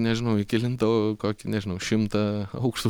nežinau į kelintą kokį nežinau šimtą aukštų